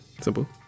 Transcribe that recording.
simple